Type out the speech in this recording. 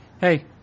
hey